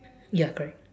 ya correct